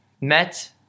met